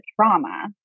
trauma